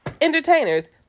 entertainers